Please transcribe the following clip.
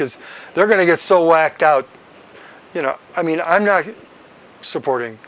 because they're going to get so whacked out you know i mean i'm not supporting